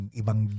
ibang